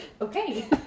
Okay